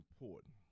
important